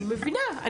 אני מבינה.